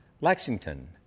Lexington